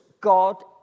God